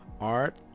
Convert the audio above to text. art